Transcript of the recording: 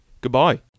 Goodbye